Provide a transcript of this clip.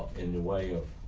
in the way of